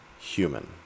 human